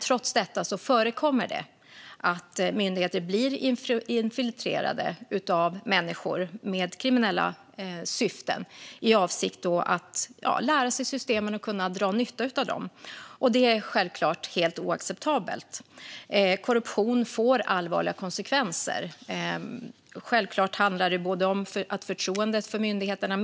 Trots detta förekommer det att människor med kriminella syften infiltrerar myndigheter i avsikt att lära sig systemen för att kunna dra nytta av dem. Det är självklart helt oacceptabelt. Korruption får allvarliga konsekvenser. Den minskar självklart förtroendet för myndigheterna.